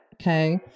Okay